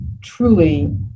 truly